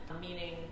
meaning